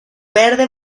verde